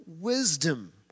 wisdom